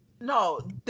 No